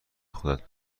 خودت